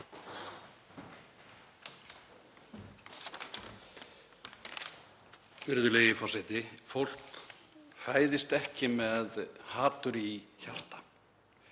Virðulegi forseti. Fólk fæðist ekki með hatur í hjarta.